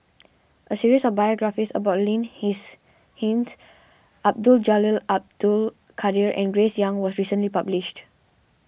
a series of biographies about Lin Hsin Hsin Abdul Jalil Abdul Kadir and Grace Young was recently published